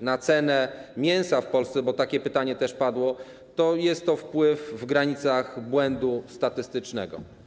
na cenę mięsa w Polsce, bo takie pytanie też padło, to jest to wpływ w granicach błędu statystycznego.